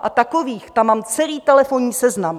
A takových tam mám celý telefonní seznam!